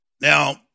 Now